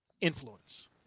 influence